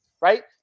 right